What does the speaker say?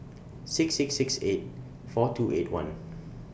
six six six eight four two eight one